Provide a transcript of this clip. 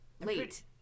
Late